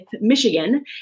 Michigan